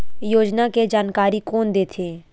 योजना के जानकारी कोन दे थे?